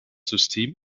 system